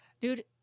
Dude